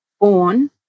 born